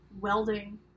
welding